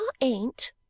ain't